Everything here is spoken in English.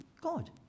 God